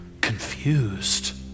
confused